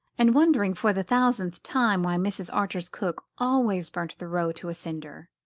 and wondering for the thousandth time why mrs. archer's cook always burnt the roe to a cinder.